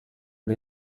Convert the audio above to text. ari